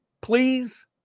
Please